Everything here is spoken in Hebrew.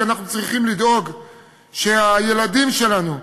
כי אנחנו צריכים לדאוג שהילדים שלנו,